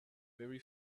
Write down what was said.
very